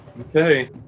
okay